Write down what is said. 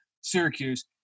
Syracuse